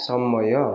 ସମୟ